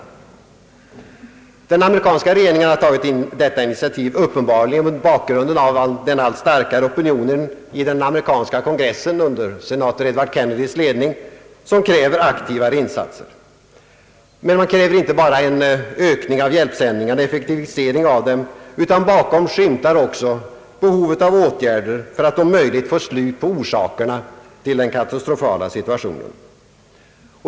Den amerikanska regeringen har tagit detta initiativ uppenbarligen mot bakgrunden av att en allt starkare opinion i den amerikanska kongressen, under senator Edward Kennedys ledning, kräver aktivare insatser. Man kräver emellertid inte bara en ökning av hjälpsändningarna och en effektivisering av dem, utan bakom skymtar också behovet av åtgärder för att om möjligt få slut på orsakerna till den katastrofala situationen.